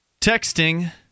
texting